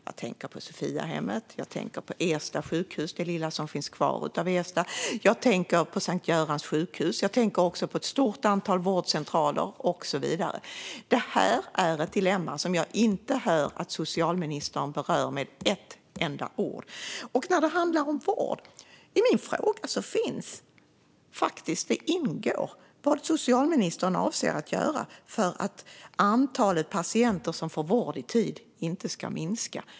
Jag tänker på Sophiahemmet, jag tänker på det lilla som finns kvar av Ersta sjukhus och jag tänker på Sankt Görans sjukhus. Jag tänker också på ett stort antal vårdcentraler och så vidare. Det här är ett dilemma som jag inte hör att socialministern berör med ett enda ord. I min fråga ingick vad socialministern avser att göra för att antalet patienter som får vård i tid inte ska minska.